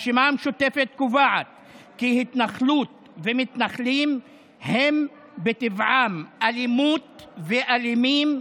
הרשימה המשותפת קובעת כי התנחלות ומתנחלים הם בטבעם אלימות ואלימים,